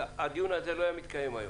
הדיון הזה לא היה מתקיים היום.